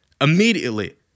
Immediately